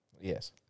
Yes